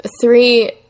three